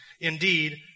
indeed